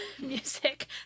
music